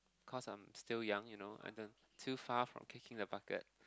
cause I'm still young you know and then too far from kicking the bucket